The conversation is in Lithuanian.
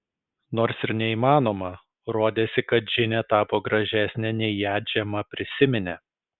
nors ir neįmanoma rodėsi kad džinė tapo gražesnė nei ją džema prisiminė